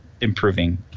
improving